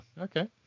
okay